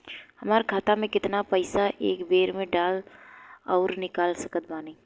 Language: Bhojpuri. हमार खाता मे केतना पईसा एक बेर मे डाल आऊर निकाल सकत बानी?